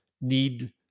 need